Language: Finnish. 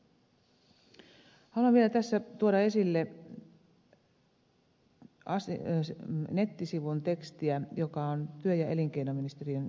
haluan vielä tässä tuoda esille nettisivun tekstiä joka on työ ja elinkeinoministeriön sivuilla